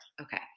okay